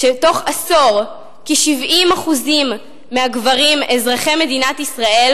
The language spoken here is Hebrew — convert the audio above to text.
שבתוך עשור כ-70% מהגברים אזרחי מדינת ישראל